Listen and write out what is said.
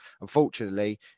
Unfortunately